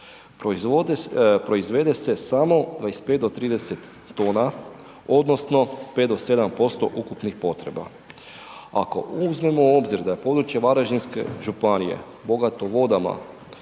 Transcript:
Proizvede se samo 25 do 30 tona odnosno 5 do 7% ukupnih potreba. Ako uzmemo u obzir da je područje Varaždinske županije bogato vodama,